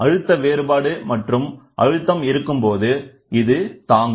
அழுத்த வேறுபாடு மற்றும் அழுத்தம் இருக்கும்போது அது தாக்கும்